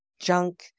junk